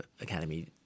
Academy